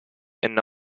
and